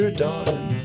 darling